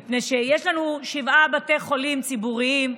מפני שיש לנו שבעה בתי חולים ציבוריים,